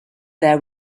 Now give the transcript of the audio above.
there